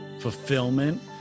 fulfillment